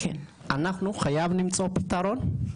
אנחנו חייבים למצוא פתרון.